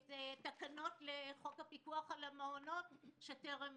את התקנות לחוק הפיקוח על המעונות שטרם